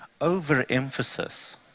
overemphasis